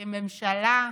כממשלה,